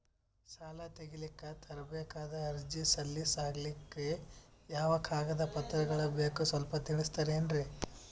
ಸಾಲ ತೆಗಿಲಿಕ್ಕ ತರಬೇಕಾದ ಅರ್ಜಿ ಸಲೀಸ್ ಆಗ್ಲಿಕ್ಕಿ ಯಾವ ಕಾಗದ ಪತ್ರಗಳು ಬೇಕು ಸ್ವಲ್ಪ ತಿಳಿಸತಿರೆನ್ರಿ?